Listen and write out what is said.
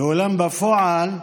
ואולם, בפועל,